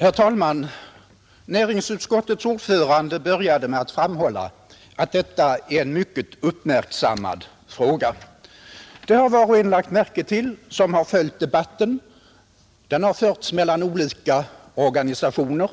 Herr talman! Näringsutskottets ordförande började med att framhålla att detta är en mycket uppmärksammad fråga. Det har var och en lagt märke till som följt debatten. Den har förts mellan olika organisationer,